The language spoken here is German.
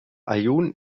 aaiún